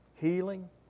Healing